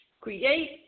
Create